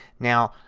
now,